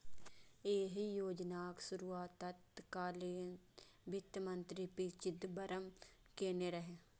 एहि योजनाक शुरुआत तत्कालीन वित्त मंत्री पी चिदंबरम केने रहै